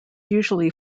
usually